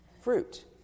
fruit